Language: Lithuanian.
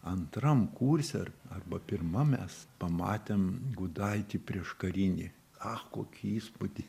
antram kurse arba pirmam mes pamatėm gudaitį prieškarinį ah kokį įspūdį